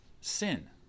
sin